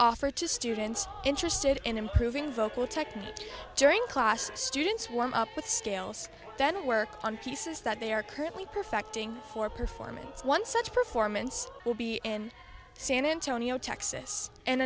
offer to students interested in improving vocal technique during class students warm up with scales then work on pieces that they are currently perfecting for performance one such performance will be in san antonio texas and